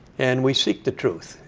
and we seek the truth.